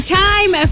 time